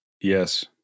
Yes